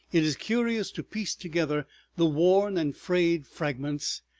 it is curious to piece together the worn and frayed fragments,